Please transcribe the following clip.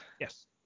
Yes